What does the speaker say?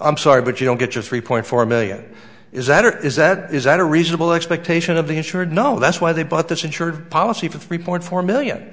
i'm sorry but you don't get your three point four million is that or is that is that a reasonable expectation of the insured no that's why they bought this insured policy for three point four million